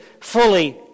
fully